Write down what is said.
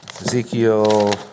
Ezekiel